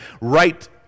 right